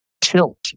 tilt